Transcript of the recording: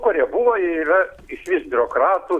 koreguoja yra išvis biurokratų